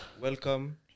welcome